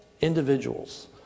individuals